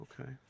okay